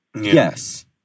Yes